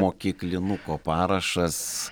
mokyklinuko parašas